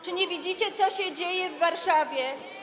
Czy nie widzicie, co się dzieje w Warszawie?